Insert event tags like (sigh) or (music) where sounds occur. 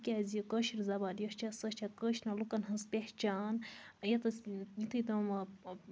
تِکیازِ یہِ کٲشِر زَبان یۄس چھےٚ سۄ چھےٚ کٲشرٮ۪ن لُکَن ہنز پہچان ییٚتس یُتھُے تام (unintelligible)